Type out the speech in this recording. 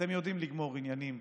אתם יודעים לגמור עניינים,